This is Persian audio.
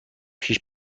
پیش